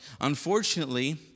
Unfortunately